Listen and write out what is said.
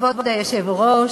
כבוד היושב-ראש,